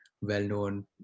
well-known